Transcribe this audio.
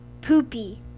poopy